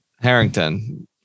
Harrington